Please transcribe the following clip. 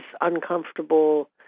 uncomfortable